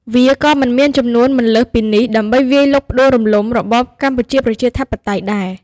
វាក៏មិនមានចំនួនមិនលើសពីនេះ ដើម្បីវាយលុកផ្ដួលរំលំរបបកម្ពុជាប្រជាធិបតេយ្យដែរ។